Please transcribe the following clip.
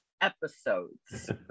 episodes